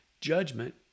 Judgment